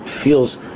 feels